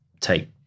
take